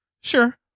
Sure